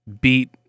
beat